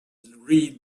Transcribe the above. read